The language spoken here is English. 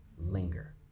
linger